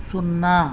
సున్నా